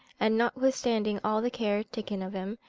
and notwithstanding all the care taken of him,